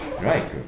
Right